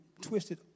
twisted